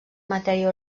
matèria